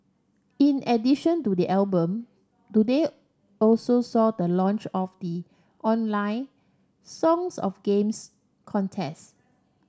in addition to the album today also saw the launch of the online Songs of Games contest